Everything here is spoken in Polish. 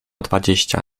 dwadzieścia